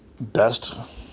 best